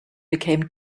became